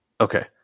Okay